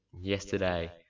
yesterday